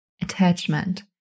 attachment